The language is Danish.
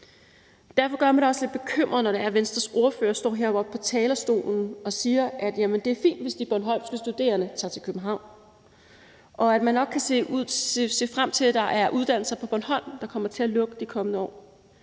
Derfor gør det mig også lidt bekymret, når Venstres ordfører står heroppe på talerstolen og siger, at det er fint, hvis de bornholmske studerende tager til København, og at man nok kan se frem til, at der er uddannelser på Bornholm, der kommer til at lukke i de kommende år.